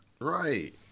Right